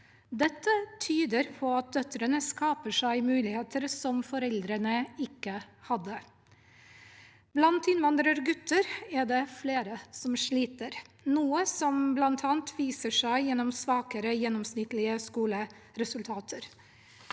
Dette tyder på at døtrene skaper seg muligheter som foreldrene ikke hadde. Blant innvandrergutter er det flere som sliter, noe som bl.a. viser seg gjennom svakere gjennomsnittlige skoleresultater.